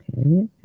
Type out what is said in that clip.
Okay